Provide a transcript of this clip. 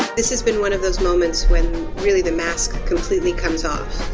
this has been one of those moments. when really the mask completely comes off.